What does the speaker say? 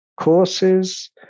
courses